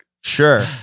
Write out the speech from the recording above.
sure